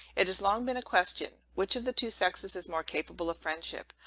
it has long been a question, which of the two sexes is most capable of friendship?